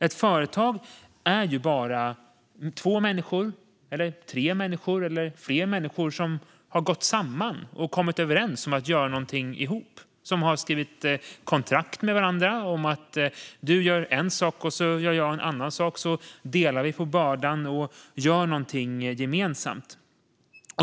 Ett företag är bara två, tre eller flera människor som har gått samman och kommit överens om att göra något ihop. De har skrivit kontrakt med varandra om att den ene gör en sak och den andre en annan sak, och sedan delar man på bördan. Man gör något gemensamt.